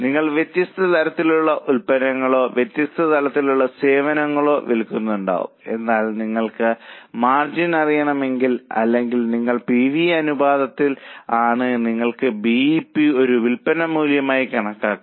നിങ്ങൾ വ്യത്യസ്ത തരത്തിലുള്ള ഉൽപ്പന്നങ്ങളോ വ്യത്യസ്ത തരത്തിലുള്ള സേവനങ്ങളോ വിൽക്കുന്നുണ്ടാകാം എന്നാൽ നിങ്ങൾക്ക് മാർജിൻ അറിയാമെങ്കിൽ അല്ലെങ്കിൽ നിങ്ങൾ PV അനുപാതത്തിൽ ആണെങ്കിൽ നിങ്ങൾക്ക് ബി ഇ പി ഒരു വിൽപ്പന മൂല്യമായി കണക്കാക്കാം